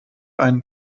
einen